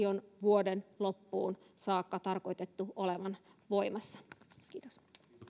on vuoden loppuun saakka tarkoitettu olevan voimassa kiitos